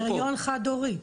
קריטריון חד-הורית.